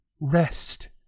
rest